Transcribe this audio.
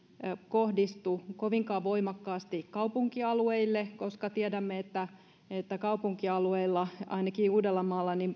kohdistu kovinkaan voimakkaasti kaupunkialueille koska tiedämme että että kaupunkialueilla ainakin uudellamaalla